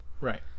Right